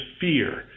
fear